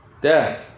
Death